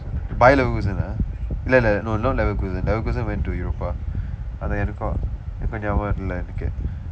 ah இல்லை இல்லை:illai illai no not went to europa அதை எனக்கும் கொஞ்சம் இருக்கு:athai enakkum konjsam irukku